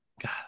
God